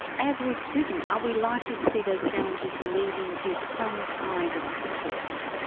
as with britain, are we likely to see those challenges leading to some kind of conflicts?